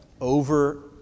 over